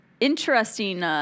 interesting